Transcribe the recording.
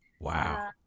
Wow